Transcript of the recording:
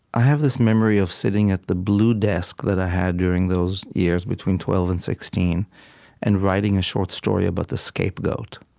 i have this memory of sitting at the blue desk that i had during those years between twelve and sixteen and writing a short story about the scapegoat.